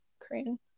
korean